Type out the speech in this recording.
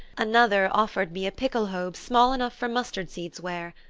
another offered me a pickelhaube small enough for mustard-seed's wear,